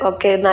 Okay